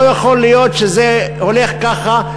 לא יכול להית שזה הולך ככה,